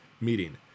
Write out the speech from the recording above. meeting